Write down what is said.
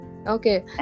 Okay